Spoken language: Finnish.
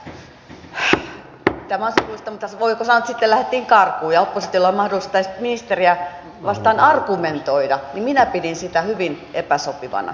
voiko sanoa että sitten lähdettiin karkuun ja oppositiolla ei ollut mahdollisuutta edes ministeriä vastaan argumentoida ja minä pidin sitä hyvin epäsopivana